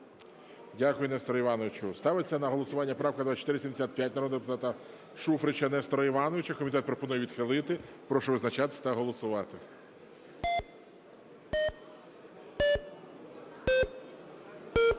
Дякую, Нестор Іванович. Ставиться на голосування правка 2475 народного депутата Шуфрича Нестора Івановича. Комітет пропонує відхилити. Прошу визначатися та голосувати.